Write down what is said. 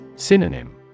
Synonym